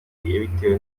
yabitewe